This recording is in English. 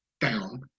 down